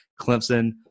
Clemson